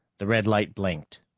the red light blinked.